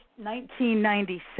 1997